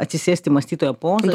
atsisėst į mąstytojo pozą